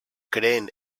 creen